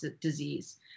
disease